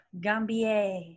Gambier